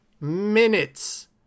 minutes